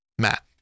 Matt